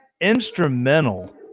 instrumental